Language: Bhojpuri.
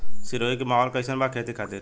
सिरोही के माहौल कईसन बा खेती खातिर?